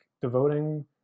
devoting